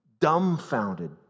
dumbfounded